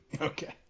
Okay